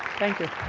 thank you.